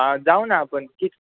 हां जाऊ ना आपण किती